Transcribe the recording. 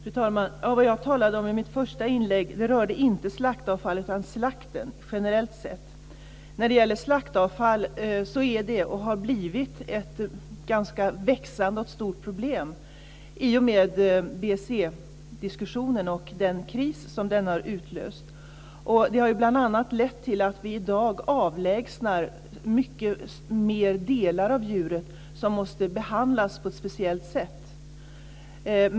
Fru talman! Vad jag talade om i mitt första inlägg rörde inte slaktavfallet utan slakten generellt sett. När det gäller slaktavfall är det och har det blivit ett ganska stort och växande problem i och med BSE diskussionen och den kris som den har utlöst. Det har bl.a. lett till att vi i dag avlägsnar mycket mer delar av djuret som måste behandlas på ett speciellt sätt.